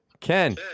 Ken